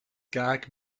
gag